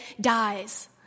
dies